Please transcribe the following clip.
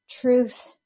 truth